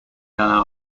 piano